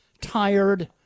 tired